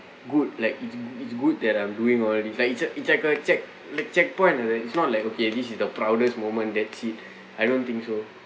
good like it's good that I'm doing all these like it's like it's like a check like checkpoint ah it's not like okay this is the proudest moment that's it I don't think so